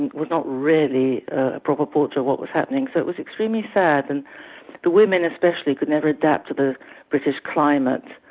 and was not really a proper portrait of what was happening. so it was extremely sad, and the women especially could never adapt to the british climate.